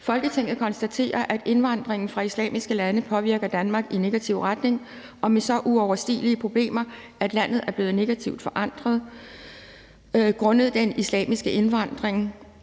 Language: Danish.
»Folketinget konstaterer, at indvandringen fra islamiske lande påvirker Danmark i negativ retning og med så uoverstigelige problemer, at landet er blevet negativt forandret grundet den islamiske indvandring,